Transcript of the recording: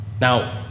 Now